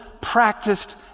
practiced